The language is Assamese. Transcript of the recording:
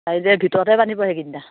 আৰু যে ভিতৰতে বান্ধিব সেই তিনিটা